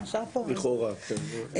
לכאורה, כן.